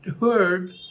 heard